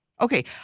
Okay